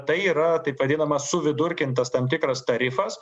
tai yra taip vadinamas suvidurkintas tam tikras tarifas